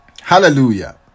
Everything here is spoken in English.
Hallelujah